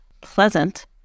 pleasant